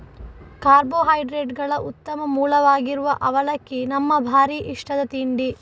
ಕಾರ್ಬೋಹೈಡ್ರೇಟುಗಳ ಉತ್ತಮ ಮೂಲವಾಗಿರುವ ಅವಲಕ್ಕಿ ನಮ್ಮ ಭಾರೀ ಇಷ್ಟದ ತಿಂಡಿ